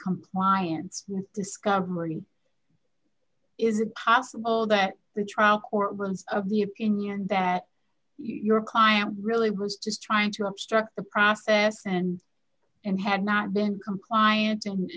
compliance discovery is it possible that the trial court rooms of the opinion that your client really was just trying to obstruct the process and and had not been compliant